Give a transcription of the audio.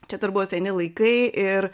čia dar buvo seni laikai ir